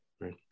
right